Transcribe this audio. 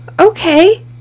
Okay